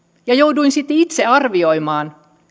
ja jouduin sitten itse arvioimaan